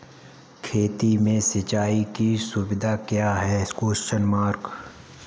खेती में सिंचाई की सुविधा क्या है?